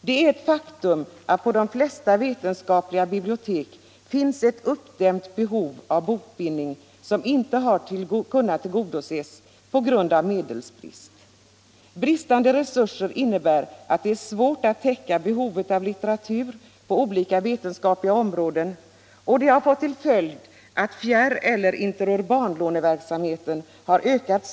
Det är ett faktum att det på de flesta vetenskapliga bibliotek finns ett uppdämt behov av bokbindning, som inte har kunnat tillgodoses på grund av medelsbrist. Bristande resurser innebär att det är svårt att täcka behovet av litteratur på olika vetenskapliga områden, och detta har fått till följd att fjärr eller interurbanlåneverksamheten starkt ökat.